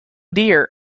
dear